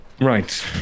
right